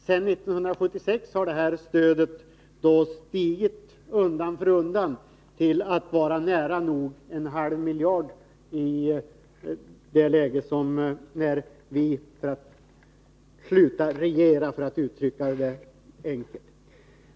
Sedan 1976 har det stödet stigit undan för undan till att vara nära nog en halv miljard i det läge när vi slutade regera, för att uttrycka det enkelt.